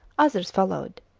others followed.